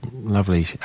lovely